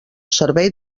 servei